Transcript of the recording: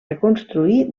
reconstruir